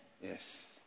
yes